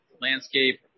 landscape